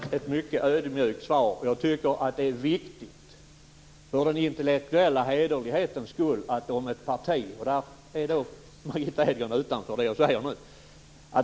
Fru talman! Ett mycket ödmjukt svar. Jag tycker att det är viktigt, för den intellektuella hederlighetens skull, att säga följande, och Margitta Edgren är utanför det jag säger nu.